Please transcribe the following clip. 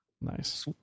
Nice